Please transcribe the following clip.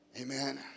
Amen